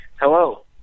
Hello